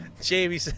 Jamie